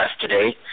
today